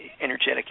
energetic